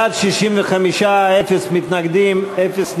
בעד, 65, אפס מתנגדים, אפס נמנעים.